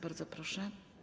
Bardzo proszę.